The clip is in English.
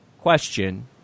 question